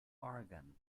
oregon